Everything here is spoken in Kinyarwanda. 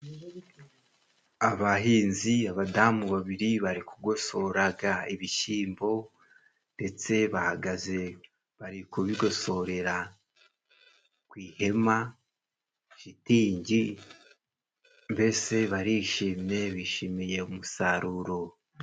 Abahinzi, abadamu babiri bari kugosoraga ibishyimbo ndetse bahagaze bari kubigosorera ku ihema shitingi, mbese barishimye bishimiye umusaruro.